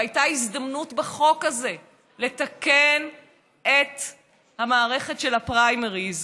והייתה הזדמנות בחוק הזה לתקן את המערכת של הפריימריז,